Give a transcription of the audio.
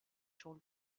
schon